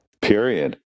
Period